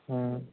ह्म्म